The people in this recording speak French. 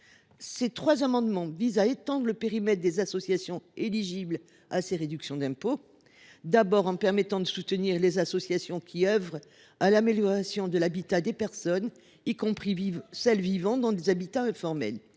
Ces trois amendements visent à étendre le périmètre des associations éligibles à ces réductions d’impôt en permettant d’abord de soutenir les associations qui œuvrent à l’amélioration de l’habitat des personnes, y compris celles qui vivent dans des habitats informels.